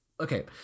okay